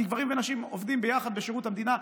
כי גברים ונשים עובדים יחד בשירות המדינה,